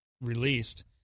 released